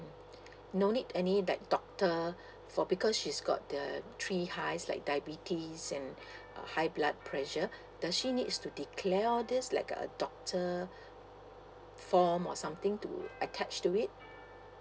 no need any like doctor for because she's got the three highs like diabetes and uh high blood pressure does she needs to declare all these like a doctor form or something to attach to it